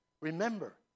Remember